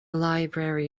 library